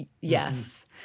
yes